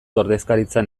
ordezkaritzan